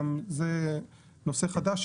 גם זה נושא חדש.